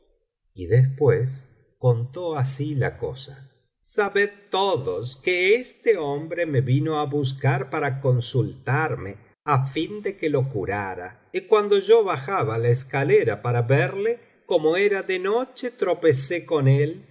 y después contó así la cosa sabed todos que este hombre me vino á buscar para consakarme á fin de que lo curara y cuando biblioteca valenciana generalitat valenciana i historia del jorobado yo bajaba la escalera para verle como era de noche tropecé con él